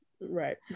Right